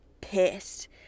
pissed